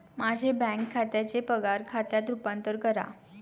माझे बँक खात्याचे पगार खात्यात रूपांतर करा